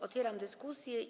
Otwieram dyskusję.